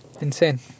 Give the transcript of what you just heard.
insane